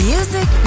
Music